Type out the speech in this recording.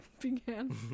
began